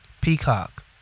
Peacock